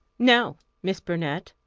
no, miss burnett,